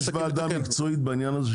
יש ועדה מקצועית בעניין הזה,